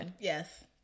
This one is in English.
yes